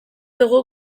dugu